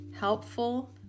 helpful